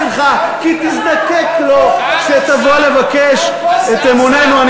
מהלהט שלך, כי תזדקק לו כשתבוא לבקש את אמוננו.